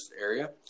area